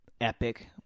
epic